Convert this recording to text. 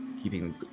keeping